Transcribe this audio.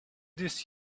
this